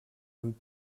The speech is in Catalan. amb